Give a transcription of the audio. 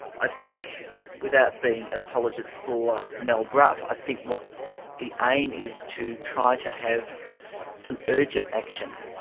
i think without being an apologist for mal brough, i think what the aim is to try to have some urgent action.